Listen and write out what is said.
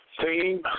team